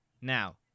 Now